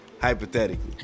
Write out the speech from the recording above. hypothetically